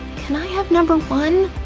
can i have number one?